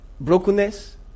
brokenness